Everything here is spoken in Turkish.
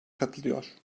katılıyor